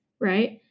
right